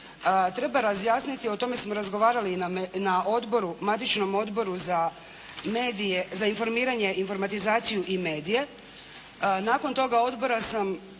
treba razjasniti o tome smo razgovarali i na odboru, matičnom odboru za medije, za informiranje, informatizaciju i medije. Nakon toga odbora sam